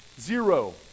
Zero